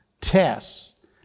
tests